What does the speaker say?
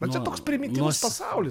va čia toks primityvus pasaulis